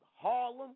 Harlem